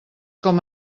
com